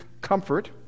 comfort